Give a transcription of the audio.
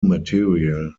material